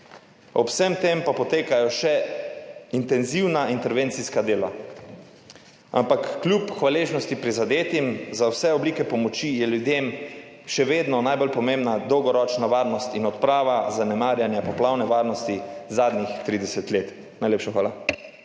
ob vsem tem pa potekajo še intenzivna intervencijska dela. Ampak kljub hvaležnosti prizadetim za vse oblike pomoči je ljudem še vedno najbolj pomembna dolgoročna varnost in odprava zanemarjanja poplavne varnosti zadnjih 30 let. Najlepša hvala.